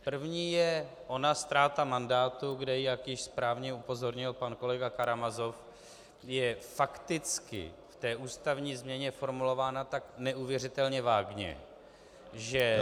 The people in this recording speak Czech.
První je ona ztráta mandátu, kde jak již správně upozornil pan kolega Karamazov je fakticky v té ústavní změně formulována tak neuvěřitelně vágně, že